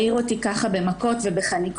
העיר אותי כך במכות ובחניקות.